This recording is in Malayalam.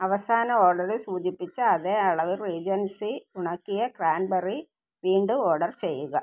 അവസാന ഓർഡറിൽ സൂചിപ്പിച്ച അതേ അളവിൽ റീജൻസി ഉണക്കിയ ക്രാൻബെറി വീണ്ടും ഓർഡർ ചെയ്യുക